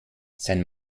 sein